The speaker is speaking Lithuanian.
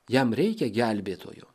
jam reikia gelbėtojo